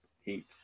heat